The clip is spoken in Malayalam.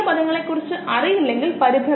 ഇതാണ് കൾച്ചർ വളർച്ച അല്ലെങ്കിൽ കോശങ്ങളുടെ ഗുണനം